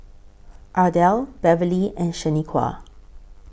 Ardelle Beverly and Shanequa